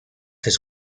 has